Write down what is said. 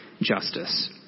justice